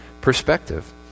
perspective